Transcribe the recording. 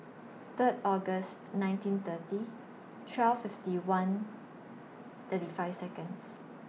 Third August nineteen thirty twelve fifty one thirty five Seconds